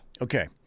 Okay